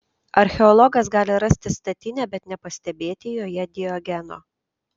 archeologas gali rasti statinę bet nepastebėti joje diogeno